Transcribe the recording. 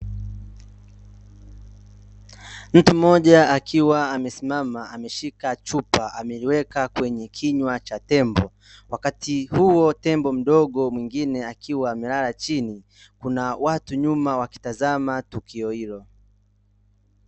Mtu mmoja akiwa amesimama, ameshika chupa, ameliweka kwenye kinywa cha tembo, wakati huo tembo mdogo mwingine akiwa amelala chini, kuna watu nyuma wakitazama tukio hilo.